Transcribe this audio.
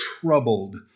troubled